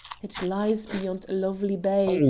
it lies beyond a lovely bay,